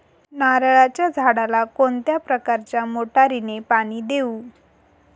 नारळाच्या झाडाला कोणत्या प्रकारच्या मोटारीने पाणी देऊ?